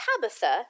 Tabitha